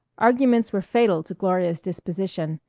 arguments were fatal to gloria's disposition.